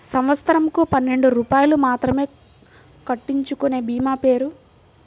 సంవత్సరంకు పన్నెండు రూపాయలు మాత్రమే కట్టించుకొనే భీమా పేరు?